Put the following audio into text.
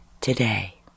today